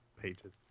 pages